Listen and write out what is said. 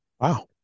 wow